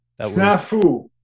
Snafu